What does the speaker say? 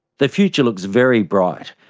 the future looks very bright.